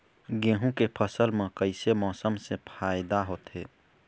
गेहूं के फसल म कइसे मौसम से फायदा होथे?